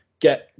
get